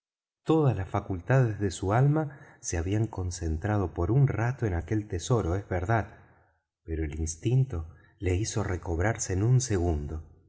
todas las facultades de su alma se habían concentrado por un rato en aquel tesoro es verdad pero el instinto le hizo recobrarse en un segundo